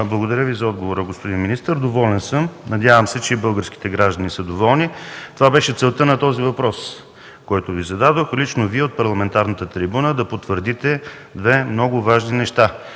Благодаря за отговора, господин министър. Доволен съм. Надявам се, че и българските граждани са доволни. Това беше целта на този въпрос, който Ви зададох – лично Вие от парламентарната трибуна да потвърдите две много важни неща,